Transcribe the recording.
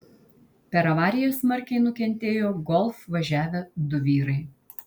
per avariją smarkiai nukentėjo golf važiavę du vyrai